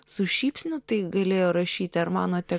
su šypsniu tai galėjo rašyti ar manote